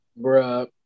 Bruh